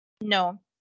No